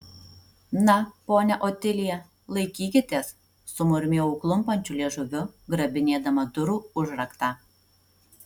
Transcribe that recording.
na ponia otilija laikykitės sumurmėjau klumpančiu liežuviu grabinėdama durų užraktą